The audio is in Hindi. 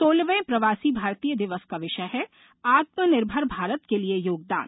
सोलहवें प्रवासी भारतीय दिवस का विषय है आत्मनिर्भर भारत के लिए योगदान